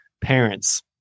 parents